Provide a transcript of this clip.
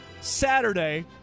Saturday